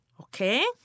okay